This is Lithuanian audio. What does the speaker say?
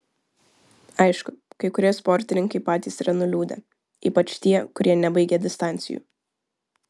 aišku kai kurie sportininkai patys yra nuliūdę ypač tie kurie nebaigė distancijų